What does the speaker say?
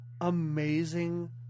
amazing